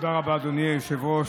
תודה רבה, אדוני היושב-ראש.